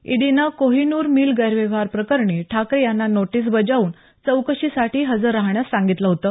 ईडीनं कोहीनूर मिल गैरव्यवहार प्रकरणी ठाकरे यांना नोटीस बजावून चौकशीसाठी हजर राहण्यास सांगितलं होतं